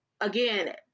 again